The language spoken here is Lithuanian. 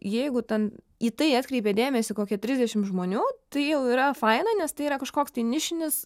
jeigu ten į tai atkreipė dėmesį kokie trisdešimt žmonių tai jau yra faina nes tai yra kažkoks tai nišinis